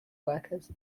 workers